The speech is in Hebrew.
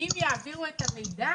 האם יעבירו את המידע